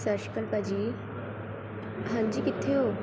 ਸਤਿ ਸ਼੍ਰੀ ਅਕਾਲ ਭਾਅ ਜੀ ਹਾਂਜੀ ਕਿੱਥੇ ਹੋ